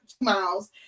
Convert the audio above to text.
miles